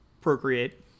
procreate